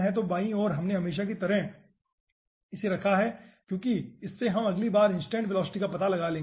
तो बायीं ओर हमने हमेशा की तरह रखा है क्योंकि इससे हम अगली बार इंस्टेंट वेलोसिटी का पता लगा लेंगे